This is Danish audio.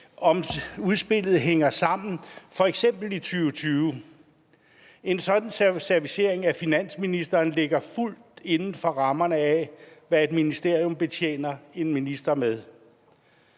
om udspillet hænger sammen, f.eks. i 2020. En sådan servicering af finansministeren ligger fuldt ud inden for rammerne af, hvad et ministerium betjener en minister med.